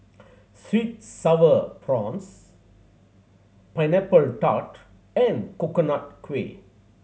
sweet Sour Prawns Pineapple Tart and Coconut Kuih